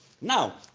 Now